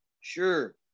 Sure